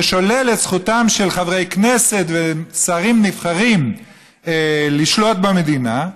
ושולל את זכותם של חברי כנסת ושרים נבחרים לשלוט במדינה,